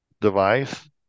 device